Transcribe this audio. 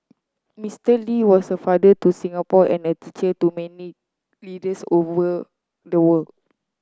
Mister Lee was a father to Singapore and a teacher to many leaders all over the world